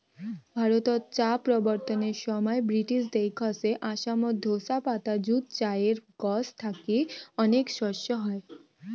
ভারতত চা প্রবর্তনের সমাই ব্রিটিশ দেইখছে আসামত ঢোসা পাতা যুত চায়ের গছ থাকি অনেক শস্য হই